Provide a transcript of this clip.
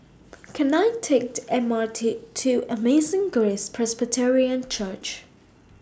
Can I Take The M R T to Amazing Grace Presbyterian Church